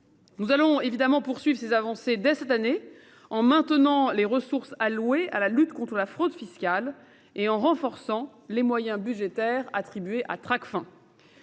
Nous allons poursuivre ces avancées dès cette année en maintenant les ressources allouées à la lutte contre la fraude fiscale et en renforçant les moyens budgétaires attribués à Tracfin.